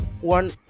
one